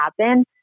happen